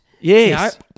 Yes